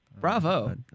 Bravo